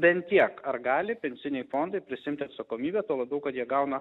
bent tiek ar gali pensiniai fondai prisiimti atsakomybę tuo labiau kad jie gauna